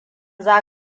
za